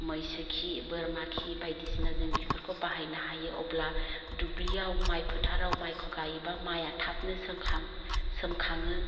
मैसो खि बोरमा खि बायदिसिना जों बिफोरखौ बाहायनो हायो अब्ला दुब्लियाव माय फोथाराव मायखौ गायोबा माया थाबनो सोमखां सोमखाङो